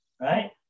right